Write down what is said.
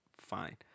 fine